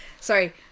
Sorry